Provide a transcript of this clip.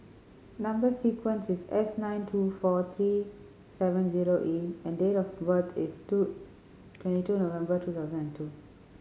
number sequence is S nine two four three seven zero E and date of birth is two twenty two November two thousand and two